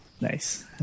Nice